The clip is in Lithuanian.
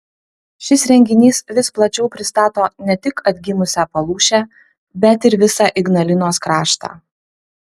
šis renginys vis plačiau pristato ne tik atgimusią palūšę bet ir visą ignalinos kraštą